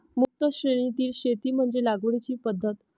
मुक्त श्रेणीतील शेती म्हणजे लागवडीची पद्धत